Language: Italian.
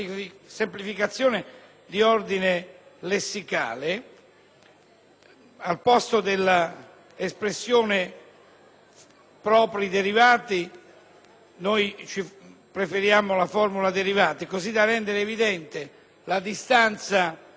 al posto dell'espressione: «propri derivati», preferiamo la formula «derivati», così da rendere evidente la distanza con i tributi propri, che sono invece quelli di iniziativa regionale.